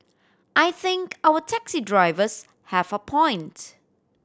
I think our taxi drivers have a point